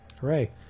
hooray